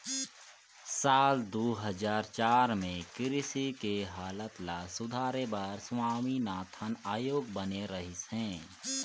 साल दू हजार चार में कृषि के हालत ल सुधारे बर स्वामीनाथन आयोग बने रहिस हे